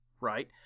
right